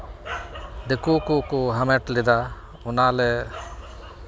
ᱫᱤᱠᱩ ᱠᱚᱠᱚ ᱦᱟᱢᱮᱴ ᱞᱮᱫᱟ ᱚᱱᱟᱞᱮ